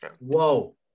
whoa